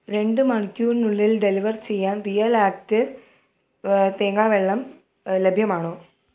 രണ്ട് മണിക്കൂറിനുള്ളിൽ ഡെലിവർ ചെയ്യാൻ റിയൽ ആക്റ്റീവ് തേങ്ങാ വെള്ളം ലഭ്യമാണോ